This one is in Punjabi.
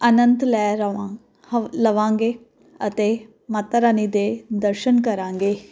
ਅਨੰਦ ਲੈ ਰਵਾਂ ਲਵਾਂਗੇ ਅਤੇ ਮਾਤਾ ਰਾਣੀ ਦੇ ਦਰਸ਼ਨ ਕਰਾਂਗੇ